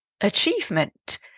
achievement